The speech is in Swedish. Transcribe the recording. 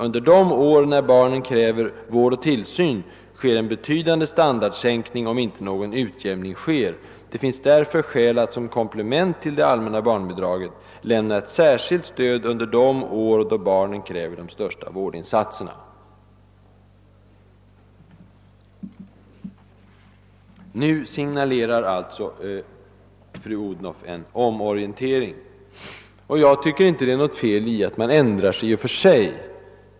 Under de år barnen kräver vård och tillsyn sker en betydande standardsänkning, om inte någon utjämning sker. Det finns därför skäl att som komplement till det allmänna barnbidraget lämna ett särskilt stöd under de år då barnen kräver de största vårdinsatserna.» Nu signalerar alltså fru Odhnoff en omorientering. I och för sig är det inte något fel i att ändra sig.